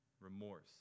Remorse